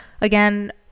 again